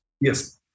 Yes